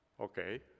Okay